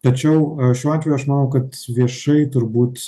tačiau šiuo atveju aš manau kad viešai turbūt